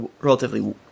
relatively